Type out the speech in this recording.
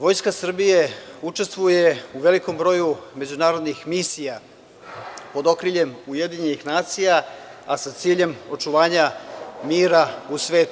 Vojska Srbije učestvuje u velikom broju međunarodnih misija pod okriljem UN, a sa ciljem očuvanja mira u svetu.